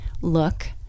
look